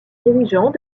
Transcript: dirigeants